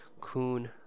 coon